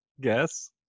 guess